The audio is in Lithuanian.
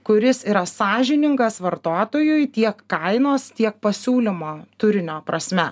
kuris yra sąžiningas vartotojui tiek kainos tiek pasiūlymo turinio prasme